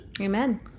Amen